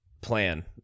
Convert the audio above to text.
plan